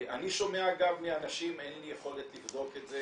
אני שומע גם מאנשים אין לי יכולת לבדוק את זה